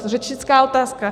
Řečnická otázka.